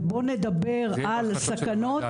בואו נדבר על סכנות.